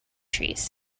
trees